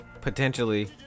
potentially